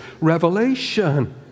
revelation